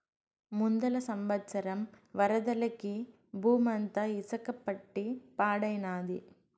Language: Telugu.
ముందల సంవత్సరం వరదలకి బూమంతా ఇసక పట్టి పాడైనాది